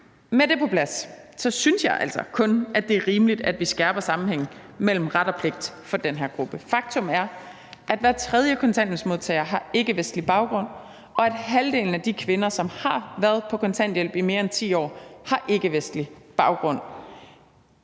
Med det på plads synes jeg altså kun, det er rimeligt, at vi skærper sammenhængen mellem ret og pligt for den her gruppe. Faktum er, at hver tredje kontanthjælpsmodtager har ikkevestlig baggrund, og at halvdelen af de kvinder, som har været på kontanthjælp i mere end 10 år, har ikkevestlig baggrund.